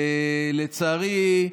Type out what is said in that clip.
לצערי,